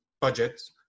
budgets